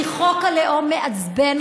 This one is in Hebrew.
כי חוק הלאום מעצבן אותם.